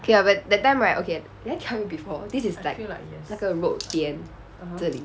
K lah that time right okay did I tell you before this is like 那个 road 边这里